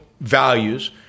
values